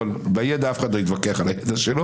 אבל בידע אף אחד לא יתווכח על הידע שלו.